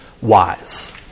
wise